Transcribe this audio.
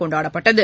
கொண்டாடப்பட்டது